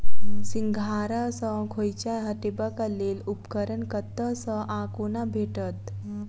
सिंघाड़ा सऽ खोइंचा हटेबाक लेल उपकरण कतह सऽ आ कोना भेटत?